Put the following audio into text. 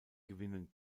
gewinnen